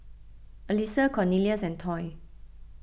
Alissa Cornelious and Toy